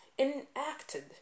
Enacted